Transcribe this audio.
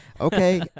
Okay